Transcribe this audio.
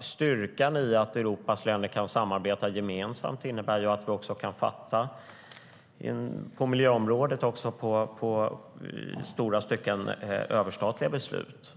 Styrkan i att Europas länder kan arbeta gemensamt innebär att vi i stora stycken också på miljöområdet kan fatta överstatliga beslut.